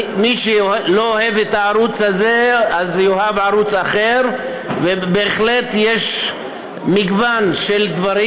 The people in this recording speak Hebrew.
מי שלא אוהב את הערוץ הזה יאהב ערוץ אחר ובהחלט יש מגוון של דברים.